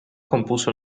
compuso